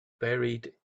buried